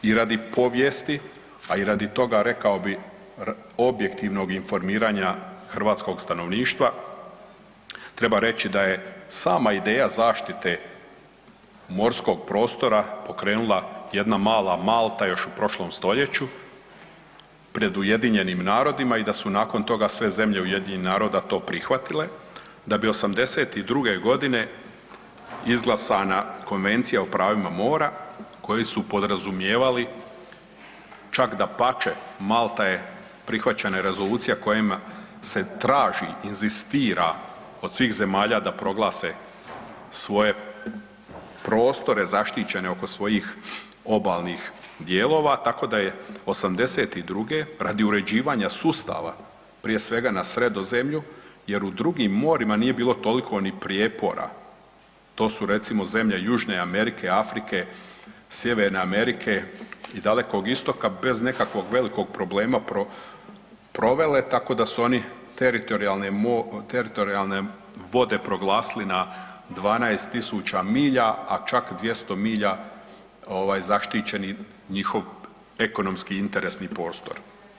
I radi povijesti, a i radi toga rekao bi objektivnog informiranja hrvatskog stanovništva treba reći da je sama ideja zaštite morskog prostora pokrenula jedna mala Malta još u prošlom stoljeću pred UN-om i da su nakon toga sve zemlje UN-a to prihvatile da bi '82.g. izglasana Konvencija o pravima mora koje su podrazumijevali čak dapače Malta je prihvaćena i rezolucija kojima se traži, inzistira od svih zemalja da proglase svoje prostore zaštićene oko svojih obalnih dijelova, tako da je '82. radi uređivanja sustava prije svega na Sredozemlju jer u drugim morima nije bilo toliko ni prijepora, to su recimo zemlje Južne Amerike, Afrike, Sjeverne Amerike i Dalekog Istoka bez nekakvog velikog problema provele, tako da su oni teritorijalne, teritorijalne vode proglasili na 12.000 milja, a čak 200 milja ovaj zaštićeni njihov ekonomski interesni prostor.